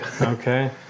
Okay